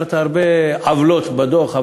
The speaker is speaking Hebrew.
הזכרת הרבה עוולות המופיעות בדוח,